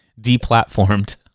Deplatformed